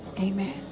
amen